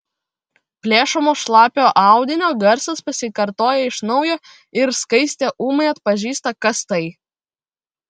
plėšomo šlapio audinio garsas pasikartoja iš naujo ir skaistė ūmai atpažįsta kas tai